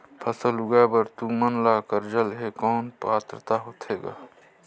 फसल उगाय बर तू मन ला कर्जा लेहे कौन पात्रता होथे ग?